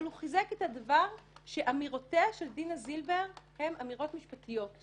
אבל הוא חיזק את הדבר שאמירותיה של דינה זילבר הן אמירות משפטיות.